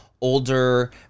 older